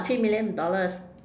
three million dollars